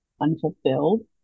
unfulfilled